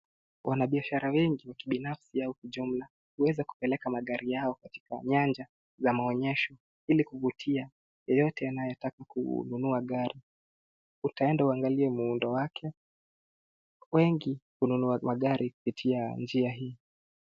Wanabiashara wengi wa kibinafsi au kijumla huweza kupeleka magari yao katika nyanja za maonyesho ili kuvutia yeyote anayetaka kununua gari. Utaenda uangalie muundo wake. Wengi hununua magari kupitia njia hii.